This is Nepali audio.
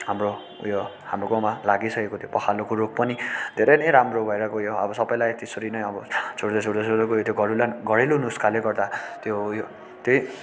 हाम्रो उयो हाम्रो गाँउमा लागि सकेको त्यो पखालाको रोग पनि धेरै नै राम्रो भएर गयो अब सबैलाई त्यसरी नै अब छोड्दै छोड्दै छोड्दै गयो त्यो घरेलु घरेलु नुस्खाले गर्दा त्यो उयो त्यही